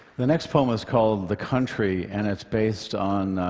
the next poem is called the country and it's based on,